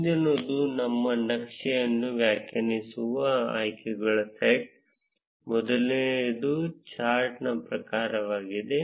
ಮುಂದಿನದು ನಮ್ಮ ನಕ್ಷೆ ಅನ್ನು ವ್ಯಾಖ್ಯಾನಿಸುವ ಆಯ್ಕೆಗಳ ಸೆಟ್ ಮೊದಲನೆಯದು ಚಾರ್ಟ್ನ ಪ್ರಕಾರವಾಗಿದೆ